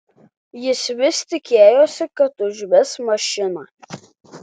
jis vis tikėjosi kad užves mašiną